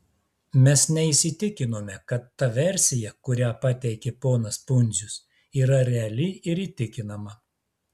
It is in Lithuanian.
mes neįsitikinome kad ta versija kurią pateikė ponas pundzius yra reali ir įtikinama